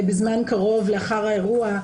בזמן קרוב לאחר האירוע,